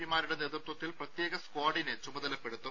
P മാരുടെ നേതൃത്വത്തിൽ പ്രത്യേക സ്ക്വാഡിനെ ചുമതലപ്പെടുത്തും